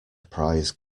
prize